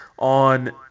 on